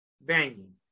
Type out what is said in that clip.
Banging